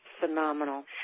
phenomenal